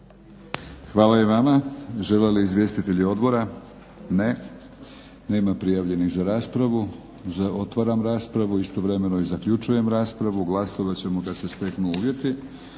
Hvala i vama. Žele li izvjestitelji odbora? Ne. Nema prijavljenih za raspravu. Otvaram raspravu, istovremeno i zaključujem raspravu. Glasovat ćemo kad se steknu uvjeti.